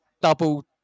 double